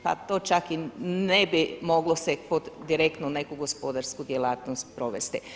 Pa to čak i ne bi moglo se pod direktno neku gospodarsku djelatnost provesti.